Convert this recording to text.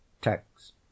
Text